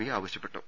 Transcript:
P ആവശ്യപ്പെ ട്ടു